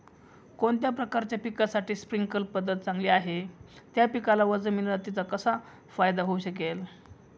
कोणत्या प्रकारच्या पिकासाठी स्प्रिंकल पद्धत चांगली आहे? त्या पिकाला व जमिनीला तिचा कसा फायदा होऊ शकेल?